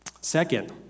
Second